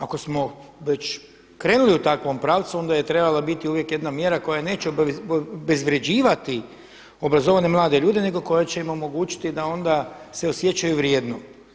Ako smo već krenuli u takvom pravcu onda je uvijek trebala biti jedna mjera koja neće obezvrjeđivati obrazovane mlade ljude nego koja će im omogućiti da onda se osjećaju vrijedno.